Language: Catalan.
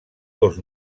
dos